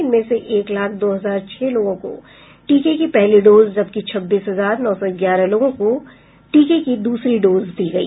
इनमें से एक लाख दो हजार छह लोगों को टीके की पहली डोज जबकि छब्बीस हजार नौ सौ ग्यारह लोगों को टीके की दूसरी डोज दी गई